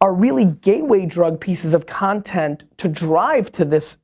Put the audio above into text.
are really gateway drug pieces of content to drive to this